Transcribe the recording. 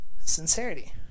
sincerity